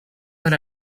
era